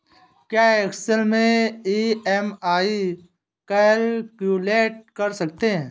क्या एक्सेल में EMI calculate कर सकते हैं?